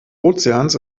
ozeans